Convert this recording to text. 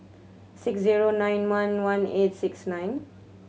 six zero nine one one eight six nine